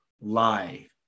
lie